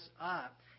up